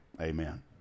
Amen